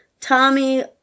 Tommy